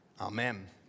Amen